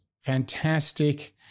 fantastic